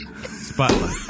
Spotlight